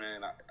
man